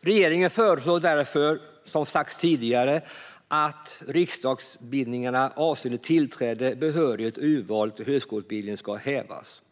Regeringen förslår därför, som sagts tidigare, att tidigare riksdagsbindningar avseende tillträde, behörighet och urval till högskoleutbildning ska hävas.